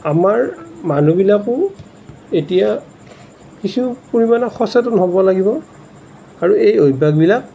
আমাৰ মানুহবিলাকো এতিয়া কিছু পৰিমাণে সচেতন হ'ব লাগিব আৰু এই অভ্যাসবিলাক